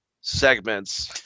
segments